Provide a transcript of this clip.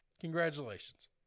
Congratulations